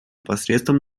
посредством